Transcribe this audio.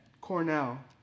Cornell